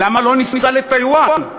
למה לא ניסע לטייוואן?